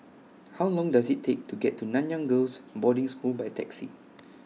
How Long Does IT Take to get to Nanyang Girls' Boarding School By Taxi